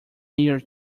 near